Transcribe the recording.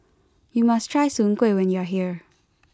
you must try soon Kuih when you are here